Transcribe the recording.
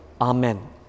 Amen